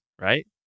Right